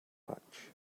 much